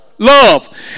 Love